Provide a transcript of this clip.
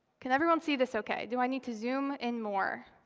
can everyone see this ok? do i need to zoom in more?